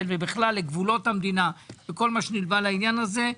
ובכלל לגבולות המדינה וכל מה שנלווה לעניין הזה,